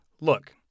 Look